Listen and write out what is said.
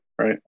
right